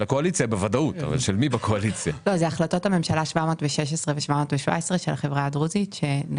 זאת החלטת ממשלה 716 ו-717 של החברה הדרוזית.